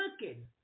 looking